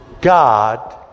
God